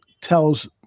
tells